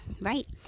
right